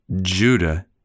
Judah